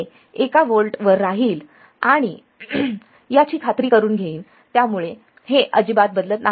हे एका व्होल्ट वर राहील याची खात्री करुन घेईल त्यामुळे हे अजिबात बदलत नाही